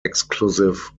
exclusive